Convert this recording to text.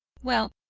well,